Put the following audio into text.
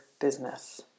business